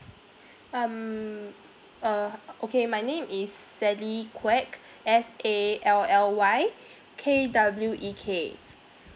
um uh okay my name is sally kwek S A L L Y K W E K